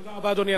תודה רבה, אדוני.